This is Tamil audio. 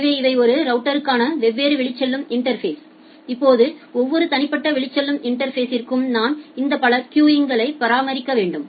எனவே இவை ஒரு ரவுட்டருக்கான வெவ்வேறு வெளிச்செல்லும் இன்டா்ஃபேஸ் இப்போது ஒவ்வொரு தனிப்பட்ட வெளிச்செல்லும் இன்டா்ஃபேஸ்ற்கும் நான் இந்த பல கியூகளை பராமரிக்க வேண்டும்